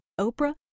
Oprah